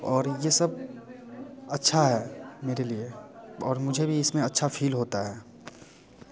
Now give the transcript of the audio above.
और ये सब अच्छा है मेरे लिए और मुझे भी इस में अच्छा फील होता है